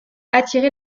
attiré